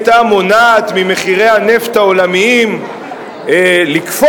היא היתה מונעת ממחירי הנפט העולמיים לקפוץ.